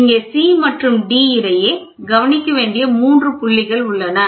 எனவே இங்கே C மற்றும் D இடையே கவனிக்க வேண்டிய 3 புள்ளிகள் உள்ளன